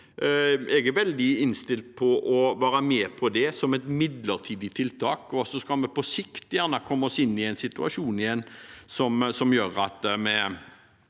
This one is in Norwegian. Jeg er veldig innstilt på å være med på det som et midlertidig tiltak, og så skal vi på sikt gjerne komme i en situasjon igjen som gjør at vi kan